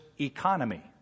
economy